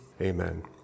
Amen